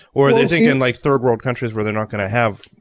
were they thinking and like third world countries where they're not gonna have?